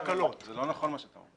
זה לא נכון מה שאתה אומר.